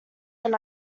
than